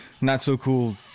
not-so-cool